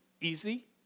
easy